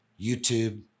YouTube